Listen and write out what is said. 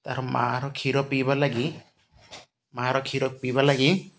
ତା'ର ମା'ର କ୍ଷୀର ପିଇବା ଲାଗି ମା'ର କ୍ଷୀର ପିଇବା ଲାଗି